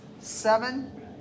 seven